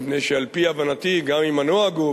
מפני שעל-פי הבנתי גם אם הנוהג הוא,